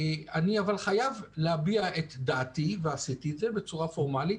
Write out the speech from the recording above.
אני חייב להביע את דעתי ועשיתי את זה בצורה פורמלית,